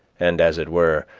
and, as it were,